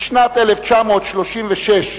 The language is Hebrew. בשנת 1936,